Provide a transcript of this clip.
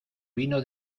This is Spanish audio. vino